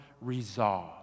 resolve